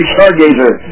Stargazer